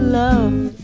love